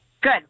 Good